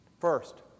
First